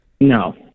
No